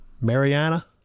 Mariana